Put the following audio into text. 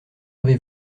avez